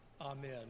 Amen